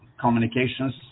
communications